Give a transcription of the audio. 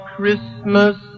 Christmas